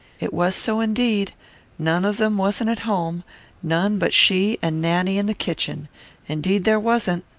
it was so indeed none of them wasn't at home none but she and nanny in the kitchen indeed there wasn't.